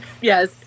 Yes